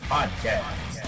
Podcast